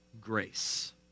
grace